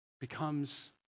becomes